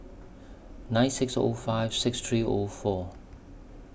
nine six O five six three O four